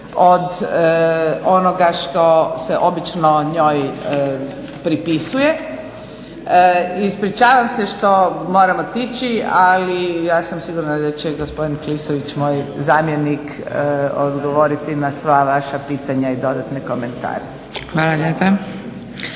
od onoga što se obično o njoj pripisuje. Ispričavam se što moram otići, ali ja sam sigurna da će gospodin Klisović, moj zamjenik odgovoriti na sva vaša pitanja i dodatne komentare. **Zgrebec,